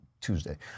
Tuesday